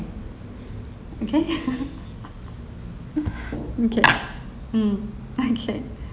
okay okay mm okay